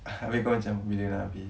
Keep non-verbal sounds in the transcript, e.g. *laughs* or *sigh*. *laughs* abeh kau macam bila nak habis